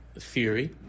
theory